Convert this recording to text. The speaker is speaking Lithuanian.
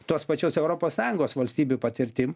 tos pačios europos sąjungos valstybių patirtim